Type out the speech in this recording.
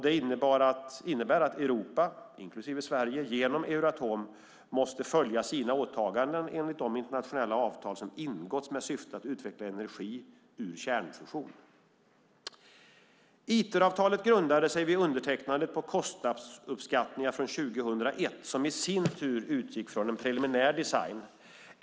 Det innebär att Europa, inklusive Sverige, genom Euratom måste följa sina åtaganden enligt de internationella avtal som har ingåtts med syftet att utveckla energi ur kärnfusion. Iteravtalet grundade sig vid undertecknandet på kostnadsuppskattningar från 2001, som i sin tur utgick från en preliminär design.